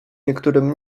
niektórym